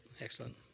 excellent